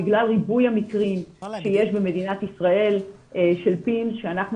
בגלל ריבוי המקרים שיש במדינת ישראל של pims שאנחנו